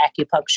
acupuncture